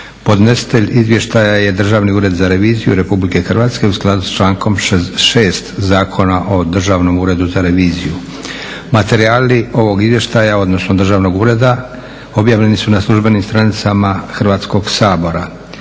Podnositelj izvještaja je Državni ured za reviziju RH u skladu s člankom 6. Zakona o Državnom uredu za reviziju. Materijali ovog izvještaja, odnosno državnog ureda objavljeni su na službenim stranicama Hrvatskog sabora.